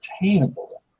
attainable